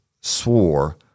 swore